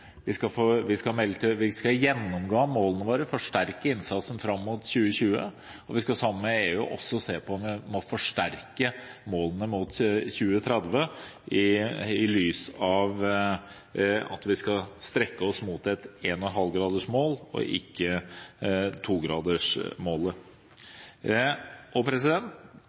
vi skal gjennomgå målene våre og forsterke innsatsen fram mot 2020, og vi skal sammen med EU også se på om vi må forsterke målene mot 2030 i lys av at vi skal strekke oss mot et 1,5 gradersmål, ikke 2-gradersmålet. Vi er i en